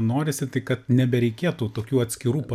norisi tai kad nebereikėtų tokių atskirų pa